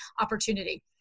opportunity